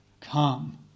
come